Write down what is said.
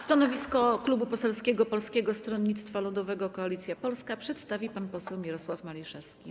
Stanowisko Klubu Parlamentarnego Polskie Stronnictwo Ludowe - Koalicja Polska przedstawi pan poseł Mirosław Maliszewski.